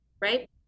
Right